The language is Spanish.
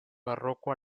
barroco